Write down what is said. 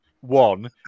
One